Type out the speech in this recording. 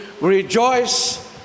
Rejoice